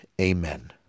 Amen